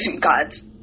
Gods